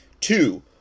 Two